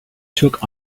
took